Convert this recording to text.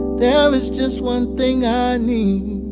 there is just one thing i need.